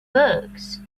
books